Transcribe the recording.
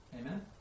Amen